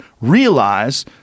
realize